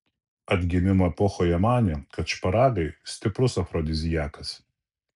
atgimimo epochoje manė kad šparagai stiprus afrodiziakas